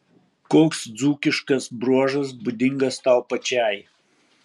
koks dzūkiškas bruožas būdingas tau pačiai